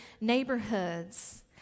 neighborhoods